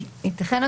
ייתכן,